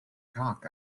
cock